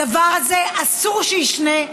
הדבר הזה, אסור שיישנה.